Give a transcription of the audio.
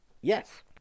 Yes